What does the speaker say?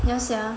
ya sia